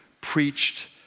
preached